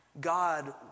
God